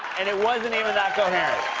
and it wasn't even that coherent.